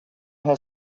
her